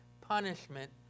punishment